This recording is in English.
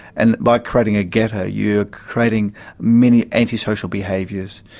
and by creating a ghetto you're creating many antisocial behaviours.